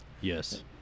Yes